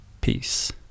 Peace